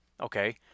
okay